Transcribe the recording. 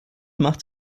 machte